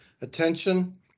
attention